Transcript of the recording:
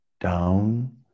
down